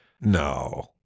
No